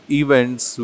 events